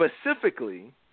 specifically